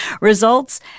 results